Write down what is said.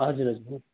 हजुर हजुर